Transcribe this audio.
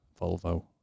Volvo